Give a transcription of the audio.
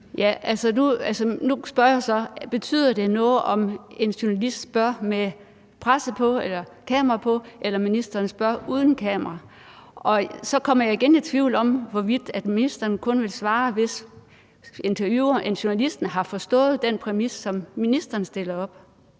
(FG): Nu spørger jeg så: Betyder det noget, om en journalist stiller spørgsmål med kamera på, eller om journalisten spørger uden kamera på? Og så kommer jeg igen i tvivl om, hvorvidt ministeren kun vil svare, hvis intervieweren eller journalisten har forstået den præmis, som ministeren stiller op.